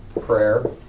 prayer